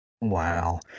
Wow